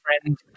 friend